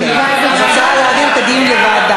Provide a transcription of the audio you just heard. ועדת, אוקיי, אז אפשר להעביר את הדיון לוועדה.